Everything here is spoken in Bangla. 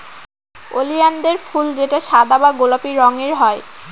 ওলিয়ানদের ফুল যেটা সাদা বা গোলাপি রঙের হয়